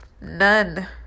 None